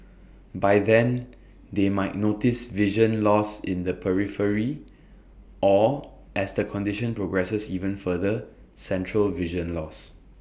by then they might notice vision loss in the periphery or as the condition progresses even further central vision loss